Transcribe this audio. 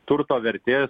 turto vertės